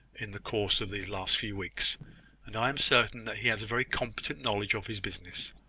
in the course of the last few weeks and i am certain that he has a very competent knowledge of his business.